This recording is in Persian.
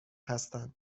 هستند